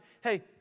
hey